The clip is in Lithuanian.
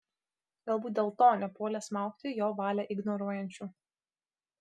galbūt dėl to nepuolė smaugti jo valią ignoruojančių